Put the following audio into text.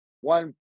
one